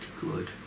good